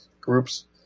groups